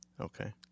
okay